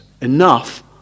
enough